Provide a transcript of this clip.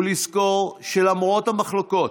ולזכור שלמרות המחלוקות,